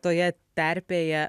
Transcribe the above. toje terpėje